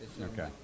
Okay